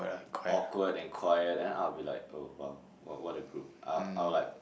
awkward and quiet then I'll be like oh !wow! what what a group I'll I'll like